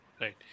right